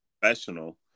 professional